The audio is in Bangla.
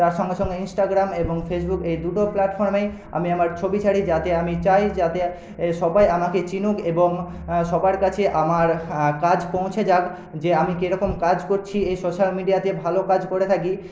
তার সঙ্গে সঙ্গে ইনস্টাগ্রাম এবং ফেসবুক এই দুটো প্ল্যাটফর্মে আমি ছবি ছাড়ি যাতে আমি চাই যাতে এ সবাই আমাকে চিনুক এবং সবার কাছে আমার কাজ পৌঁছে যাক যে আমি কিরকম কাজ করছি এই সোশ্যাল মিডিয়াতে ভালো কাজ করে থাকি